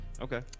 Okay